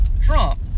Trump